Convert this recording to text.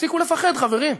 תפסיקו לפחד, חברים.